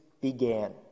began